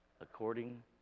according